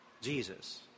Jesus